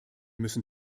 müssen